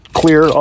clear